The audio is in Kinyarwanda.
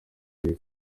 gihe